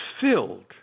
filled